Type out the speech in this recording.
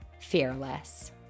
fearless